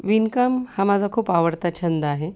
विणकाम हा माझा खूप आवडता छंद आहे